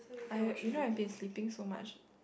I you know I have been sleeping so much